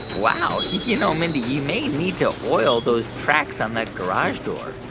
wow. you know, mindy, you may need to oil those tracks on that garage door ah,